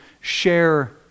share